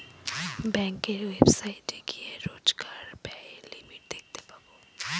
ব্যাঙ্কের ওয়েবসাইটে গিয়ে রোজকার ব্যায়ের লিমিট দেখতে পাবো